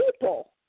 people